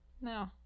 No